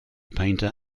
painter